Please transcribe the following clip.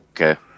Okay